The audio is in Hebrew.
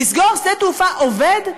לסגור שדה תעופה עובד?